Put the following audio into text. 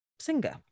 singa